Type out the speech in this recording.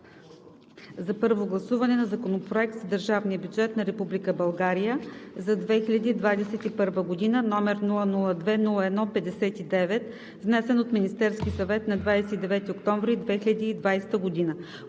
за първо гласуване на Законопроект за държавния бюджетна Република България за 2021 г., № 002-01-59, внесен от Министерския съвет на 29 октомври 2020 г.